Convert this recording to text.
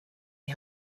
you